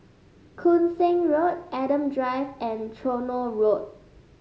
Koon Seng Road Adam Drive and Tronoh Road